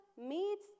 meets